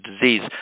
disease